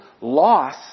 Loss